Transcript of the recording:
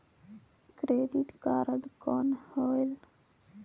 Credit card कौन होएल?